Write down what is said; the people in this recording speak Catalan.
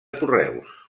correus